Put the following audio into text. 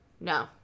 No